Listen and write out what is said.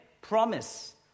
promise